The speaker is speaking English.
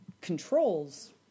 controls